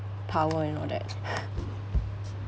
power and all that